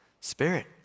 Spirit